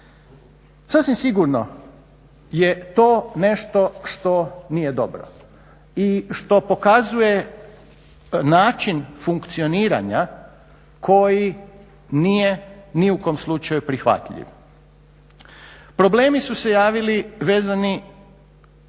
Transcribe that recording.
Sasvim sigurno je to nešto što nije dobro i što pokazuje način funkcioniranja koji nije ni u kom slučaju prihvatljiv. Problemi su se javili vezani